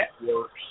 networks